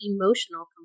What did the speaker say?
Emotional